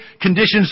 conditions